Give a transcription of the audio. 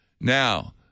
Now